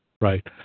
Right